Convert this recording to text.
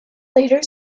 later